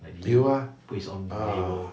有 ah ah